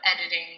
editing